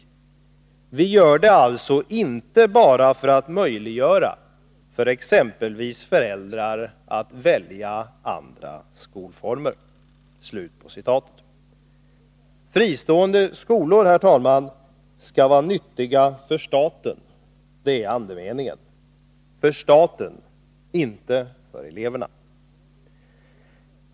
Vi gör det alltså inte bara för att möjliggöra för exempelvis föräldrar att välja andra skolformer.” Fristående skolor skall, herr talman, vara nyttiga för staten — det är andemeningen. För staten — inte för eleverna.